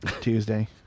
Tuesday